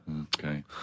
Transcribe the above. Okay